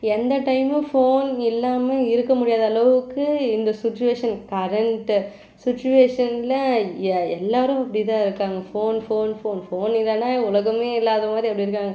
எந்த டைமும் ஃபோன் இல்லாமல் இருக்க முடியாத அளவுக்கு இந்த சுச்சுவேஷன் கரெண்ட்டு சுச்சுவேஷன்ல எ எல்லாரும் இப்டிப தான் இருக்காங்கள் ஃபோன் ஃபோன் ஃபோன் ஃபோன் இல்லைன்னா உலகமே இல்லாத மாதிரி அப்படி இருக்காங்கள்